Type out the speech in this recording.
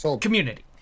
community